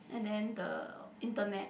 and then the internet